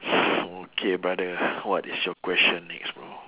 okay brother what is your question next bro